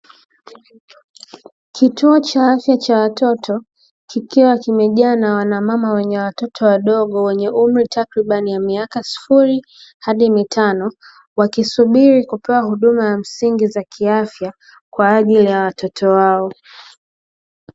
Kituo cha afiya cha watoto kikiwa kimejaa na wanamama wenye watoto wadogo wenye umri takribani ya miaka sufuri hadi mitano, wakisubiri kupewa huduma ya msingi za kiafiya kwa ajili ya watoto wao.